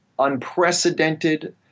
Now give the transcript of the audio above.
unprecedented